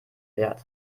wert